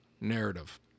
narrative